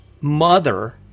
mother